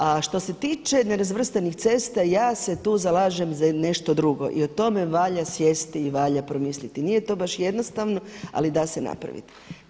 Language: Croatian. A što se tiče nerazvrstanih cesta ja se tu zalažem za nešto drugo i o tome valja sjesti i valja promisliti, nije to baš jednostavno ali da se napraviti.